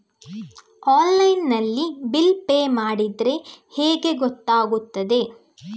Online ನಲ್ಲಿ bill pay ಮಾಡಿದ್ರೆ ಹೇಗೆ ಗೊತ್ತಾಗುತ್ತದೆ?